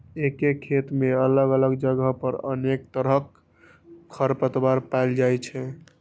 एके खेत मे अलग अलग जगह पर अनेक तरहक खरपतवार पाएल जाइ छै